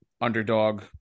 underdog